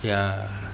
ya